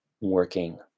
working